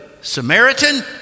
Samaritan